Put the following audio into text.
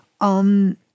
Um